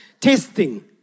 testing